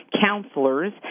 counselors